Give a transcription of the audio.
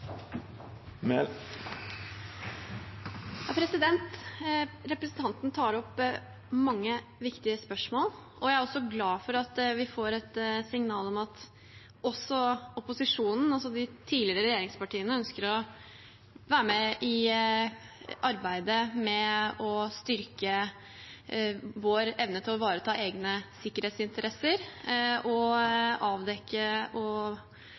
Representanten tar opp mange viktige spørsmål, og jeg er glad for at vi får et signal om at også opposisjonen, de tidligere regjeringspartiene, ønsker å være med i arbeidet med å styrke vår evne til å ivareta egne sikkerhetsinteresser og å avdekke og